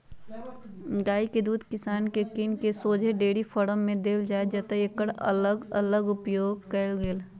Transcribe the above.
गाइ के दूध किसान से किन कऽ शोझे डेयरी फारम में देल जाइ जतए एकर अलग अलग उपयोग कएल गेल